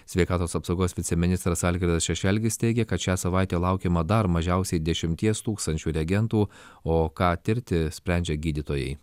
sveikatos apsaugos viceministras algirdas šešelgis teigia kad šią savaitę laukiama dar mažiausiai dešimties tūkstančių reagentų o ką tirti sprendžia gydytojai